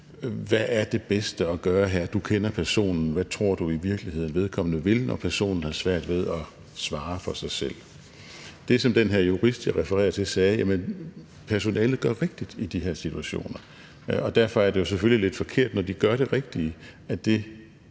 Hvad er det bedste at gøre her? Du kender personen. Hvad tror du i virkeligheden at vedkommende vil, når personen har svært ved at svare for sig selv? Det, som den her jurist, jeg refererer til, sagde, var, at personalet gør det rigtige i de her situationer. Derfor er det selvfølgelig lidt forkert, at det, når de gør det rigtige, strengt